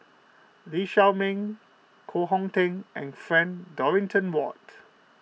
Lee Shao Meng Koh Hong Teng and Frank Dorrington Ward